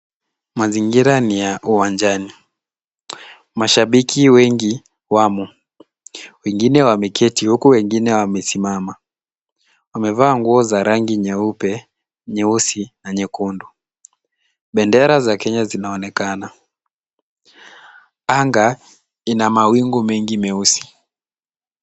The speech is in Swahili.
Mazingira ni ya uwanjani. Mashabiki wengi wamo. Wengine wameketi huku wengine wamesimama. Wamevaa nguo za rangi nyeupe, nyeusi na nyekundu. Bendera za Kenya zinaonekana. Anga ina mawingu mengi meusi.